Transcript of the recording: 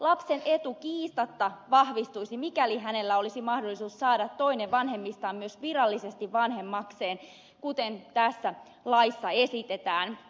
lapsen etu kiistatta vahvistuisi mikäli hänellä olisi mahdollisuus saada toinen vanhemmistaan myös virallisesti vanhemmakseen kuten tässä laissa esitetään